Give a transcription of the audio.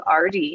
RD